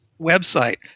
website